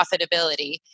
profitability